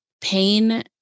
Pain